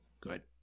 good